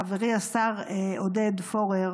חברי השר עודד פורר,